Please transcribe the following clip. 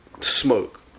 smoke